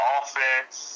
Offense